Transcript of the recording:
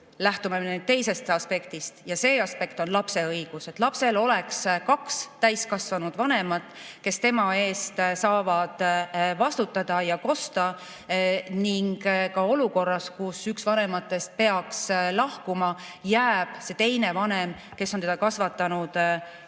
lähtume teisest aspektist, ja see aspekt on lapse õigus. Lapsel peaks olema kaks täiskasvanud vanemat, kes tema eest saavad vastutada ja kosta. Siis ka olukorras, kus üks vanematest on pidanud lahkuma, jääb see teine vanem, kes on teda ka kasvatanud, lapsele